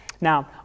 Now